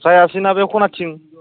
जायासैना बे खनाथिं